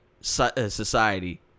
society –